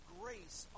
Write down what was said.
grace